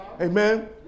Amen